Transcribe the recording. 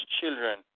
children